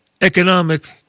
economic